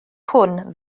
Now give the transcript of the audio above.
hwn